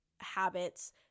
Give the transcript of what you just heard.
habits